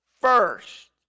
first